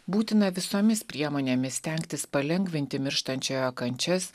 būtina visomis priemonėmis stengtis palengvinti mirštančiojo kančias